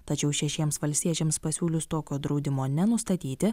tačiau šešiems valstiečiams pasiūlius tokio draudimo nenustatyti